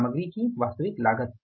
सामग्री की वास्तविक लागत